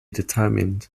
determined